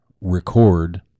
record